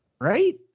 right